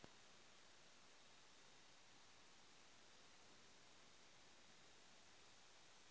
धानेर खेतीत पानीर सबसे ज्यादा जरुरी कब होचे?